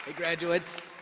ah graduates!